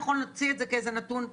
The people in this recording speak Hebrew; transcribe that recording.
נכון להוציא את זה כנתון שנתי,